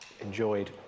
enjoyed